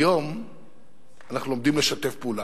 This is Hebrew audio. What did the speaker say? היום אנחנו לומדים לשתף פעולה.